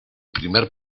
primer